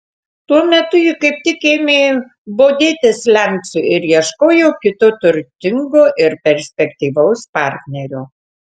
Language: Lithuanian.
tuo metu ji kaip tik ėmė bodėtis lencu ir ieškojo kito turtingo ir perspektyvaus partnerio